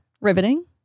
Riveting